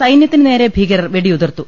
സൈന്യത്തിന് നേരെ ഭീകരർ വെടിയുതിർത്തു